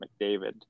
mcdavid